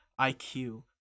IQ